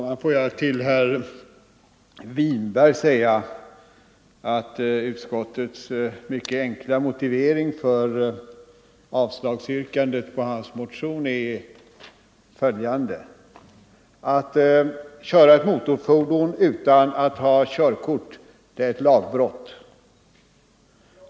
Herr talman! Får jag till herr Winberg säga att utskottets mycket enkla motivering för yrkandet om avslag på hans motion är följande: att köra motorfordon utan att ha körkort är ett lagbrott.